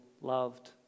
loved